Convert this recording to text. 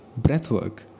breathwork